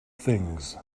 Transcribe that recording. things